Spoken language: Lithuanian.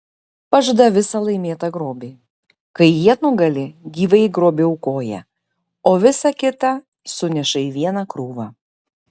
pažada visą laimėtą grobį kai jie nugali gyvąjį grobį aukoja o visa kita suneša į vieną krūvą